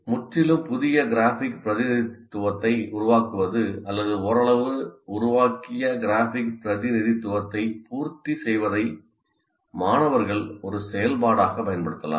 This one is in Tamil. முற்றிலும் புதிய கிராஃபிக் பிரதிநிதித்துவத்தை உருவாக்குவது அல்லது ஓரளவு உருவாக்கிய கிராஃபிக் பிரதிநிதித்துவத்தை பூர்த்தி செய்வதை மாணவர்கள் ஒரு செயல்பாடாகப் பயன்படுத்தலாம்